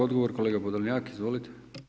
Odgovor kolega Podolnjak, izvolite.